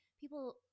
people